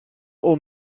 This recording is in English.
all